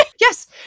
Yes